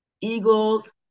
eagles